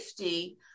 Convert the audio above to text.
50